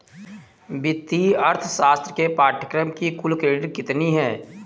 वित्तीय अर्थशास्त्र के पाठ्यक्रम की कुल क्रेडिट कितनी है?